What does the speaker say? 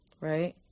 right